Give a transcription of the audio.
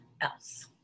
else